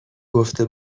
گفته